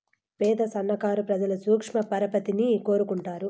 పేద సన్నకారు ప్రజలు సూక్ష్మ పరపతిని కోరుకుంటారు